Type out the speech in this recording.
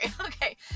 Okay